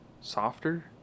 softer